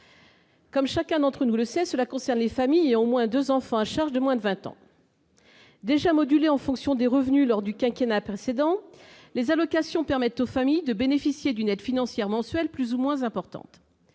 Comme chacun d'entre nous le sait, cela concerne les familles ayant au moins deux enfants à charge de moins de vingt ans. Déjà modulées en fonction des revenus lors du quinquennat précédent, les allocations permettent aux familles de bénéficier d'une aide financière mensuelle plus ou moins importante.